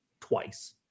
twice